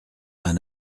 vingt